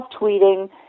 tweeting